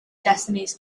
destinies